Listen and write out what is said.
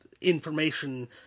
information